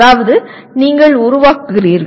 அதாவது நீங்கள் உருவாக்குகிறீர்கள்